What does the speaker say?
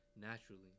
naturally